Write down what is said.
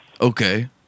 Okay